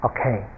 Okay